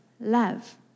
love